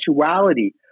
sexuality